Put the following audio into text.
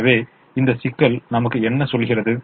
எனவே இந்த சிக்கல் நமக்கு என்ன சொல்கிறது